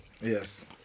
Yes